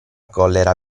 collera